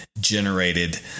generated